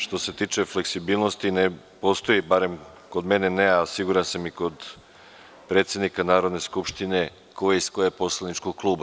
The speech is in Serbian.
Što se tiče fleksibilnosti, ne postoji, barem kod mene ne, a siguran sam i kod predsednika Narodne skupštine, ko je iz kog poslaničkog kluba.